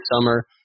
summer